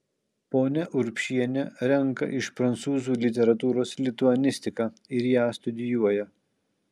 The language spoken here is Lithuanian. ponia urbšienė renka iš prancūzų literatūros lituanistiką ir ją studijuoja